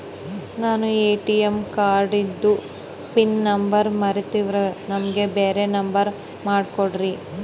ನಾನು ಎ.ಟಿ.ಎಂ ಕಾರ್ಡಿಂದು pin number ಮರತೀವಂದ್ರ ನಮಗ ಬ್ಯಾರೆ ನಂಬರ್ ಮಾಡಿ ಕೊಡ್ತೀರಿ?